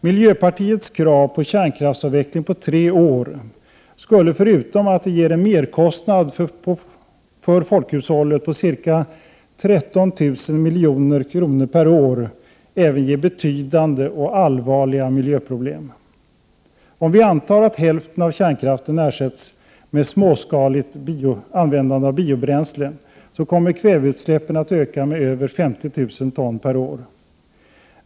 Miljöpartiets krav på kärnkraftsavveckling på tre år skulle förutom att det tar en merkostnad för folkhushållet på ca 13 000 milj.kr. per år även ge betydande och allvarliga miljöproblem. Om vi antar att hälften av kärnkraften ersätts med småskaligt användande av biobränsle, så kommer kväveoxidutsläppen att öka med över 50 000 ton per år.